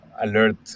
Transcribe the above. alert